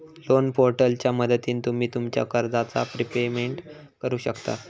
loan पोर्टलच्या मदतीन तुम्ही तुमच्या कर्जाचा प्रिपेमेंट करु शकतास